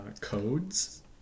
Codes